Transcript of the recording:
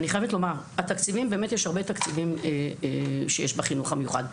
אני חייבת לומר, יש הרבה תקציבים בחינוך המיוחד.